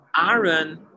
Aaron